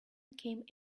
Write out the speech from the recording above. came